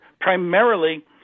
primarily